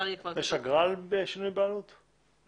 בשינוי בעלות יש אגרה?